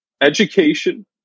education